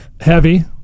heavy